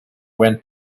went